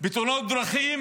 בתאונת דרכים